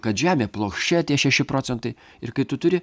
kad žemė plokščia tie šeši procentai ir kai tu turi